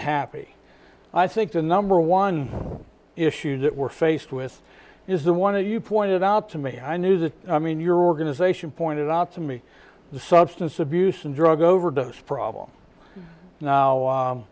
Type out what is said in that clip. happy i think the number one issue that we're faced with is the one of you pointed out to me i knew that i mean your organization pointed out to me the substance abuse and drug overdose problem now